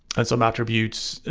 and some attributes,